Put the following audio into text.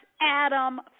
Adam